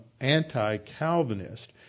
anti-Calvinist